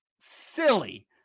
silly